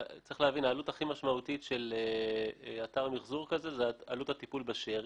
העלות הכי משמעותית של אתר מחזור כזה היא עלות הטיפול בשארית,